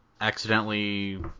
accidentally